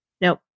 Nope